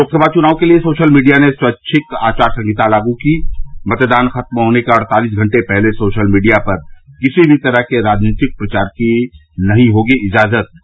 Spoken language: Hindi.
लोकसभा चुनाव के लिए सोशल मीडिया ने स्वैच्छिक आचार संहिता लागू की मतदान खत्म होने के अड़तालिस घंटे पहले सोशल मीडिया पर किसी भी तरह के राजनीतिक प्रचार की इजाजत नहीं होगी